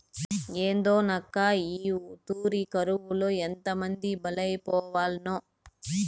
ఏందోనక్కా, ఈ తూరి కరువులో ఎంతమంది బలైపోవాల్నో